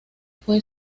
fue